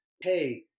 hey